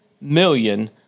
million